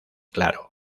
claro